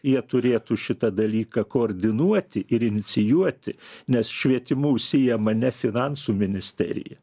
jie turėtų šitą dalyką koordinuoti ir inicijuoti nes švietimu užsiima ne finansų ministerija